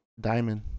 Diamond